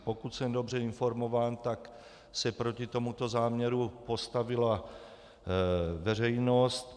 Pokud jsem dobře informován, tak se proti tomuto záměru postavila veřejnost.